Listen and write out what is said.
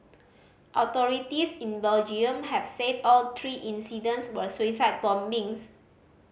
authorities in Belgium have said all three incidents were suicide bombings